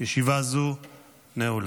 ישיבה זו נעולה.